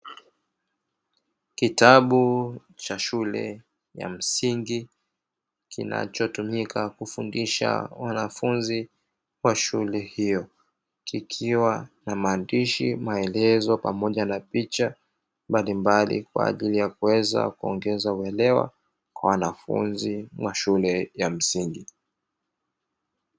Kitabu cha shule ya msingi, kinachotumika kufundisha wanafunzi wa shule hiyo. Kikiwa na maandishi, maelezo, pamoja na picha mbalimbali, kwaajili ya kuweza kuongeza uelewa kwa wanfunzi wa shule ya msingi.